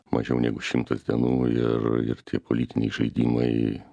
mažiau negu šimtas dienų ir tie politiniai žaidimai